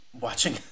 watching